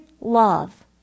love